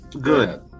Good